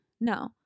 No